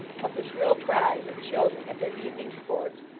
of the shrill cries of children at their evening sports,